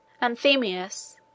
Anthemius